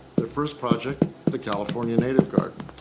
the first project the california native garden.